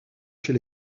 chez